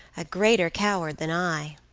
a greater coward than i.